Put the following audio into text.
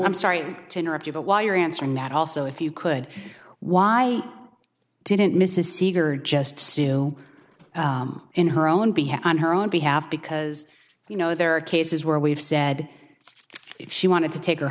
i'm sorry to interrupt you but while you're answering that also if you could why didn't mrs seeger just still in her own behalf on her own behalf because you know there are cases where we've said if she wanted to take her